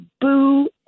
boo